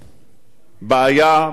בעיה מתגלגלת,